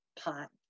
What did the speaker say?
pot